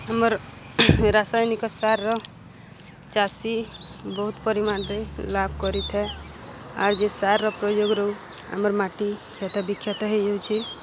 ଆମର୍ ରାସାୟନିକ ସାର୍ର ଚାଷୀ ବହୁତ୍ ପରିମାଣ୍ରେ ଲାଭ୍ କରିଥାଏ ଆର୍ ଯେ ସାର୍ର ପ୍ରୟୋଗ୍ରୁ ଆମର୍ ମାଟି କ୍ଷତ ବିକ୍ଷତ ହେଇଯାଉଛି